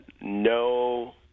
no